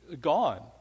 gone